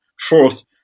Fourth